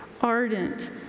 ardent